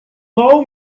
know